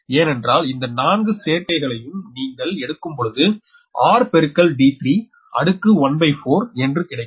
ஏனென்றால் இந்த 4 சேர்க்கைகளையும் நீங்கள் எடுக்கும்பொழுது r பெருக்கல் d3 அடுக்கு 1 பய் 4 என்று கிடைக்கும்